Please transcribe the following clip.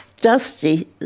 dusty